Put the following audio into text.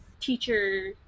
teacher